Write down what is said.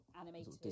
animated